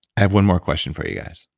have one more question for you guys.